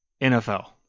NFL